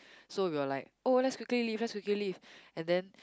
so we were like oh let's quickly leave let's quickly leave and then